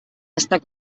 estar